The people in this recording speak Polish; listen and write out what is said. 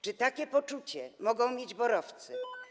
Czy takie poczucie mogą mieć BOR-owcy?